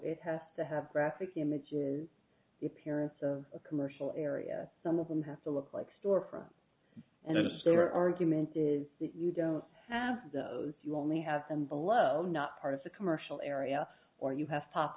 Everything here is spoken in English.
it has to have graphic images the appearance of a commercial area some of them have to look like storefront and a similar argument is you don't have those you only have them below not part of the commercial area or you have pop